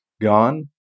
gone